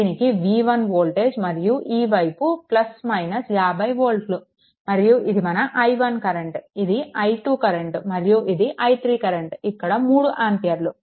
దీనికి v1 voltage మరియు ఈ వైపు 50 వోల్ట్లు మరియు ఇది మన i1 కరెంట్ ఇది i2 కరెంట్ మరియు ఇది i3 కరెంట్ ఇక్కడ 3 ఆంపియర్లు